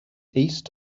east